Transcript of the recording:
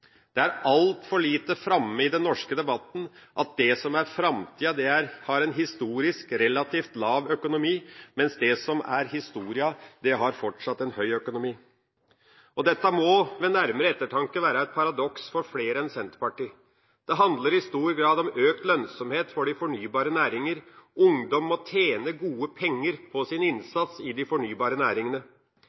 Det er altfor lite framme i den norske debatten at det som er framtida, har en historisk relativt lav økonomi, mens det som er historia, fortsatt har en høy økonomi. Dette må ved nærmere ettertanke være et paradoks for flere enn Senterpartiet. Det handler i stor grad om økt lønnsomhet for de fornybare næringer. Ungdom må tjene gode penger på sin innsats i de fornybare næringene.